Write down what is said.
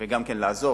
וגם לעזור.